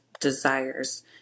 desires